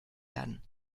werden